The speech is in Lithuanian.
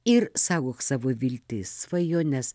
ir saugok savo viltis svajones